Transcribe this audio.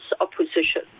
opposition